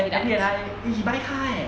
and abby and I you should buy high